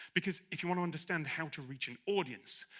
because if you want to understand how to reach an audience,